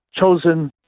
chosen